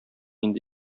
инде